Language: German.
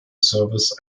service